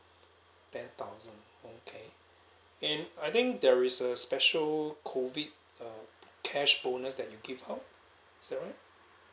ten thousand okay and I think there is a special COVID uh cash bonus that you give out is that right